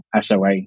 SOA